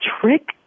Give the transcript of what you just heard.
trick